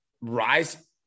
rise